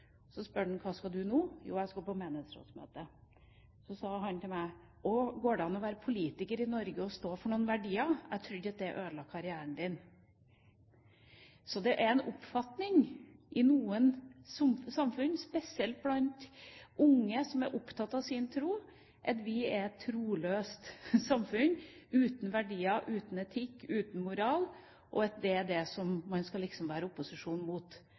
Hva skal du nå? Jeg sa: Jeg skal på menighetsrådsmøte. Så sa han til meg: Å, går det an å være politiker i Norge og stå for noen verdier, jeg trodde at det ødela karrieren din? Så det er en oppfatning i noen samfunn, spesielt blant unge som er opptatt av sin tro, av at vi er et troløst samfunn, uten verdier, uten etikk og uten moral, og det er det man liksom skal være i opposisjon mot.